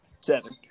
seven